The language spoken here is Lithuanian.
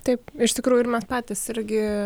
taip iš tikrųjų ir mes patys irgi